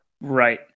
right